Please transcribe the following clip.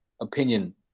opinion